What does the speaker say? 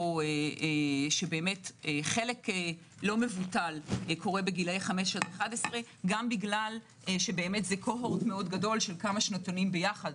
חלק לא מבוטל קורה בגילאי 5 עד 11 גם בגלל שזה כמה שנתונים יחד,